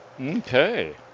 Okay